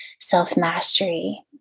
self-mastery